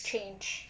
change